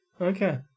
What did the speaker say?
Okay